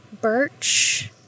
birch